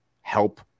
help